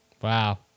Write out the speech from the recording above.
Wow